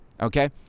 okay